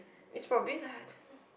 is for pizza